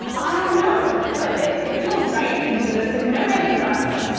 i don't know, but it it feels right to do this to commemorate this milestone,